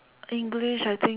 English I think